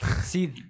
See